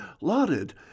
lauded